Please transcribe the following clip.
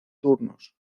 turnos